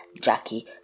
Jackie